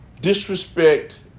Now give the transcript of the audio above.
Disrespect